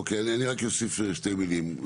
אוקיי, אני רק אוסיף שתי מילים.